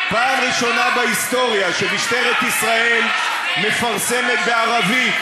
פעם ראשונה בהיסטוריה שמשטרת ישראל מפרסמת בערבית,